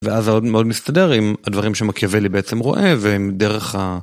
ואז זה עוד מאוד מסתדר עם הדברים שמקיאוולי בעצם רואה ועם דרך ה...